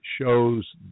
shows